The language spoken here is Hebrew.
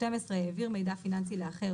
העביר מידע פיננסי לאחר,